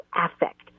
affect